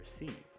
receive